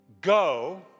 Go